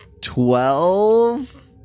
Twelve